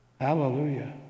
Hallelujah